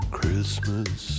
Christmas